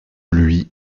lui